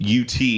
ut